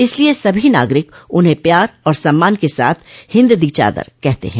इसलिए सभी नागरिक उन्हें प्यार और सम्मान के साथ हिंद दी चादर कहते हैं